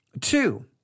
Two